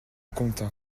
contint